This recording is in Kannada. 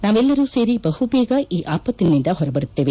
ನಾವೆಲ್ಲರೂ ಸೇರಿ ಬಹುಬೇಗ ಈ ಆಪತ್ತಿನಿಂದ ಹೊರಬರುತ್ನೇವೆ